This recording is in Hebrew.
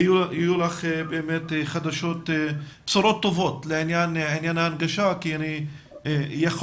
יהיו לך בשורות טובות לעניין ההנגשה כי יכולתי